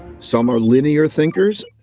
some are linear thinkers,